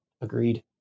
Agreed